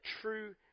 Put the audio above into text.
true